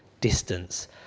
distance